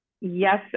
Yes